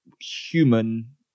human